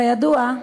כידוע,